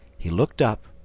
he looked up,